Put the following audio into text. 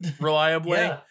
reliably